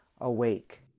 awake